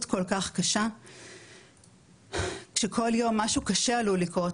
כל כך קשה כשכל יום משהו קשה עלול לקרות,